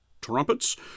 trumpets